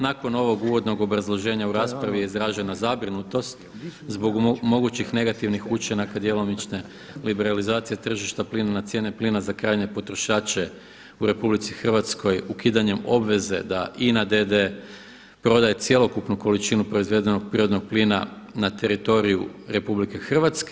Nakon ovog uvodnog obrazloženja u raspravi je izražena zabrinutost zbog mogućih negativnih učinaka djelomične liberalizacije tržišta plina na cijene plina za krajnje potrošače u Republici Hrvatskoj ukidanjem obveze da INA d.d. prodaje cjelokupnu količinu proizvedenog prirodnog plina na teritoriju RH.